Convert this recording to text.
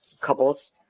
couples